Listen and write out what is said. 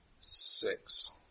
six